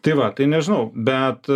tai va tai nežinau bet